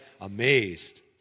amazed